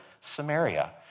Samaria